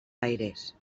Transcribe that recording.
aires